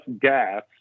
gas